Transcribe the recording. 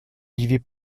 olivier